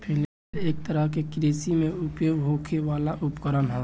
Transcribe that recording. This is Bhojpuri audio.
फ्लेल एक तरह के कृषि में उपयोग होखे वाला उपकरण ह